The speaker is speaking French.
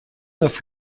neuf